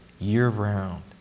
year-round